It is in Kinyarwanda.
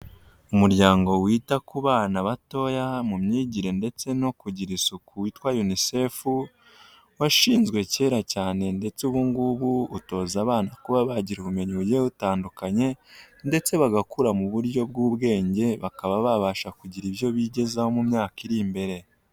Umuryango wita ku bana batoya, mu myigire ndetse no kugira isuku witwa unisefu, washinzwe kera cyane ndetse ubu ngubu utoza abana kuba bagira ubumenyi bugiye butandukanye ndetse bagakura mu buryo bw'ubwenge, bakaba babasha kugira ibyo bigezaho mu myaka iri imbere.